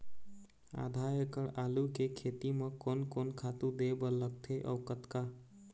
आधा एकड़ आलू के खेती म कोन कोन खातू दे बर लगथे अऊ कतका?